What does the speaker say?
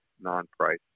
non-price